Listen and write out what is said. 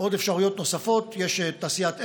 יש אפשרויות נוספות: יש תעשיית אבן,